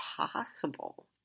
possible